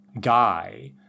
guy